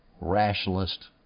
rationalist